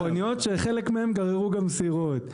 מכוניות שחלק מהן גררו גם סירות.